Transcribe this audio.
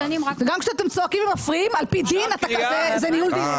גם כשאתם צועקים ומפריעים על פי דין זה ניהול דיון.